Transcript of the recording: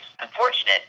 Unfortunate